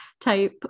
type